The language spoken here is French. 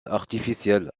artificiel